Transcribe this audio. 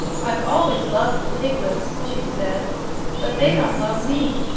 i've always loved the piglets, she said but they don't love me.